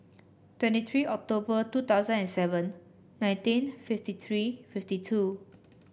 twenty three October two thousand and seven nineteen fifty three fifty two